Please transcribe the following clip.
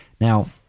Now